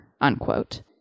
unquote